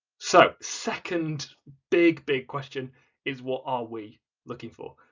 so, second big, big question is what are we looking for?